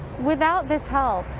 without this help,